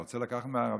אתה רוצה לקחת מהערבים?